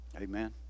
Amen